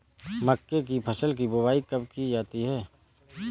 मक्के की फसल की बुआई कब की जाती है?